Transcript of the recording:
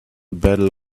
battle